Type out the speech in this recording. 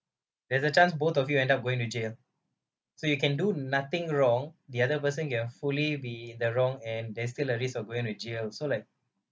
there's a chance both of you end up going to jail so you can do nothing wrong the other person can fully be the wrong and there's still a risk of going to jail so like